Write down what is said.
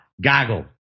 goggle